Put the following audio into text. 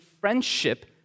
friendship